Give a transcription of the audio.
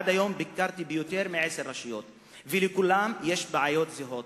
עד היום ביקרתי ביותר מעשר רשויות ולכולן יש בעיות זהות.